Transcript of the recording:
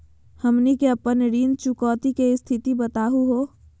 हमनी के अपन ऋण चुकौती के स्थिति बताहु हो?